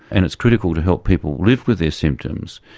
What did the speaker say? and it's critical to help people live with their symptoms,